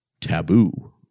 taboo